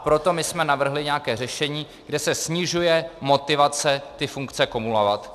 Proto my jsme navrhli nějaké řešení, kde se snižuje motivace ty funkce kumulovat.